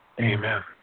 Amen